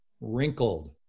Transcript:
wrinkled